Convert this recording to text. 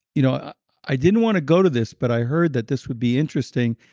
you know i i didn't want to go to this but i heard that this would be interesting.